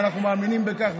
אנחנו מאמינים בכך,